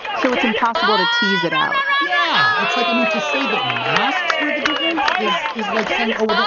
so it's impossible to tease it out. yeah, it's like i mean, to say that masks were the difference is is like saying, oh, well,